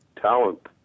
talent